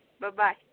Bye-bye